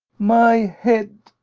my head!